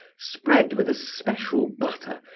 spread with a special butter,